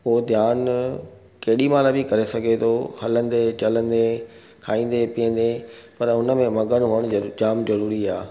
पोइ ध्यानु केॾीमहिल बि करे सघे थो हलंदे चलंदे खाईंदे पीअंदे पर उनमें मगन हुअणु जाम ज़रूरी आहे